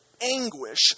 anguish